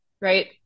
Right